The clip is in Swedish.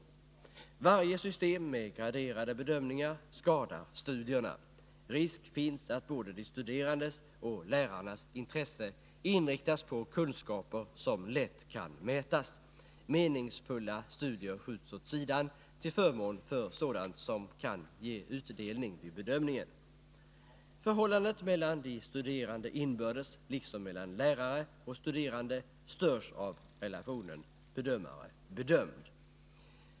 Varje system med graderade bedömningar skadar studierna. Risk finns att både de studerandes och lärarnas intresse inriktas på kunskaper som lätt kan mätas. Meningsfulla studier skjuts åt sidan till förmån för sådant som kan ge utdelning vid bedömningen. Förhållandet mellan de studerande inbördes liksom mellan lärare och studerande störs av relationen bedömare-bedömd.